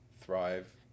thrive